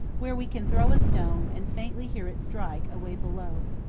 where we can throw a stone and faintly hear it strike, away below.